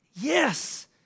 Yes